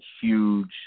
huge